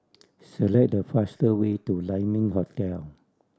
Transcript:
select the faster way to Lai Ming Hotel